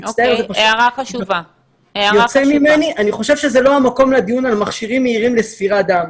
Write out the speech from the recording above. אני חושב שזה לא המקום לדיון על מכשירים מהירים לספירת דם.